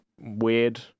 weird